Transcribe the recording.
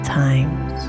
times